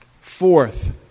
Fourth